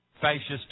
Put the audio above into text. fascist